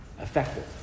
effective